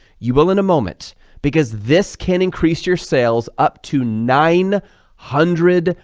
you will in a moment because this can increase your sales up to nine hundred.